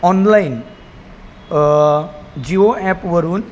online Jio ॲपवरून